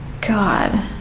God